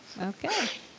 okay